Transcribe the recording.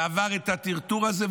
עבר את הטרטור הזה,